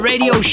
Radio